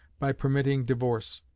by permitting divorce.